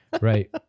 Right